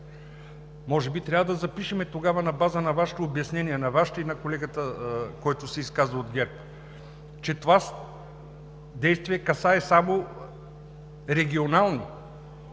Може би трябва да запишем тогава на база на Вашето обяснение, на Вашето и на колегата от ГЕРБ, който се изказа, че това действие касае само регионално